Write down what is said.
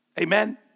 Amen